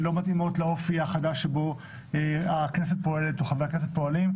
לאופי החדש שבו פועלים חברי הכנסת.